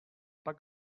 pak